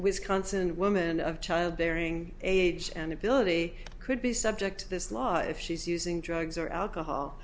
wisconsin women of childbearing age and ability could be subject to this law if she's using drugs or alcohol